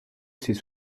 ses